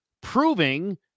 proving